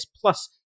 Plus